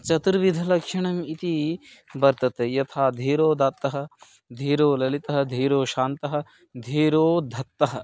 चतुर्विधलक्षणम् इति वर्तते यथा धीरोदात्तः धीरललितः धीरशान्तः धीरोद्धतः